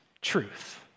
truth